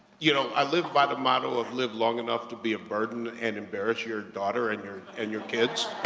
you know, i live by the model of live long enough to be a burden and embarrass your daughter and your, and your kids.